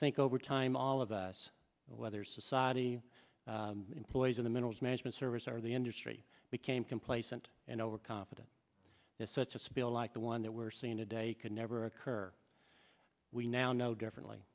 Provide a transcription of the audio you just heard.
think over time all of us whether society employees in the minerals management service or the industry became complacent and over confident that such a spill like the one that we're seeing today could never occur we now know differently